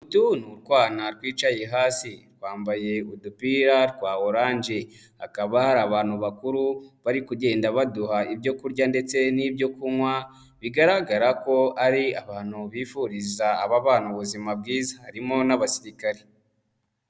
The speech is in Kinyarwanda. Utu ni utwana twicaye hasi twambaye udupira twa orange, hakaba hari abantu bakuru bari kugenda baduha ibyo kurya ndetse n'ibyo kunywa, bigaragara ko ari abantu bifuriza aba bana ubuzima bwiza, harimo n'abasirikare.